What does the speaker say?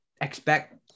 expect